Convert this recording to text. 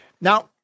Now